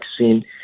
vaccine